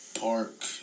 Park